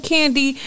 Candy